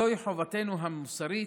זוהי חובתנו המוסרית,